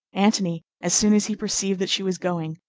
antony, as soon as he perceived that she was going,